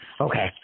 Okay